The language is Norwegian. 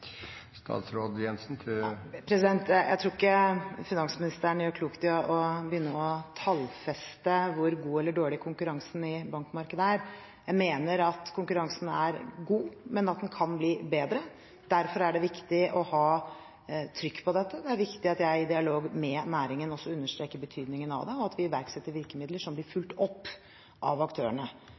Jeg tror ikke finansministeren gjør klokt i å begynne å tallfeste hvor god eller dårlig konkurransen i bankmarkedet er. Jeg mener at konkurransen er god, men at den kan bli bedre. Derfor er det viktig å ha trykk på dette. Det er viktig at jeg i dialog med næringen også understreker betydningen av det, og at vi iverksetter virkemidler som blir fulgt opp av aktørene.